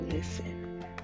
listen